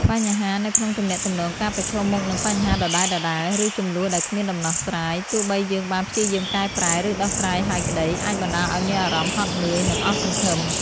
បញ្ហានៅក្នុងទំនាក់ទំនងការប្រឈមមុខនឹងបញ្ហាដដែលៗ ឬជម្លោះដែលគ្មានដំណោះស្រាយ ទោះបីយើងបានព្យាយាមកែប្រែ ឬដោះស្រាយហើយក្តី អាចបណ្តាលឲ្យមានអារម្មណ៍ហត់នឿយ និងអស់សង្ឃឹម។